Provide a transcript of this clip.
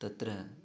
तत्र